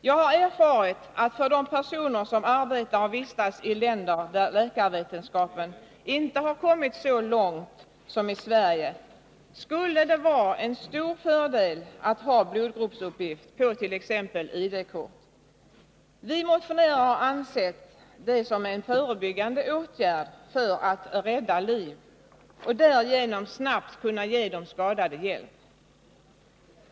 Jag har erfarit att för de personer som arbetar och vistas i länder där läkarvetenskapen inte har kommit så långt som i Sverige skulle det vara en stor fördel att ha blodgruppsuppgift på t.ex. ID-kortet. Vi motionärer har sett det som en förebyggande åtgärd för att rädda liv och därigenom snabbt kunna ge de skadade hjälp.